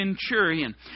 centurion